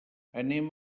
anem